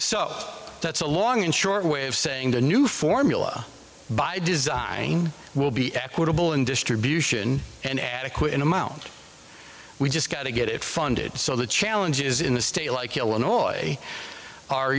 so that's a long and short way of saying the new formula by design will be equitable and distribution and adequate amount we just got to get it funded so the challenge is in a state like illinois are